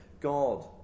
God